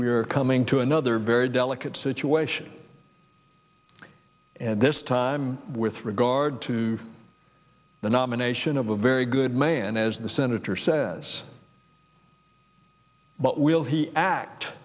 we we are coming to another very delicate situation and this time with regard to the nomination of a very good man as the senator says but will he act